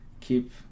keep